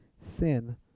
sin